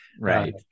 Right